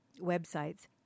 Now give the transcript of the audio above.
websites